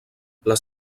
les